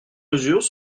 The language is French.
mesures